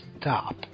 stop